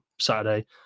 Saturday